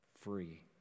free